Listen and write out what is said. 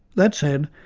that said,